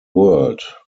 world